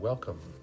Welcome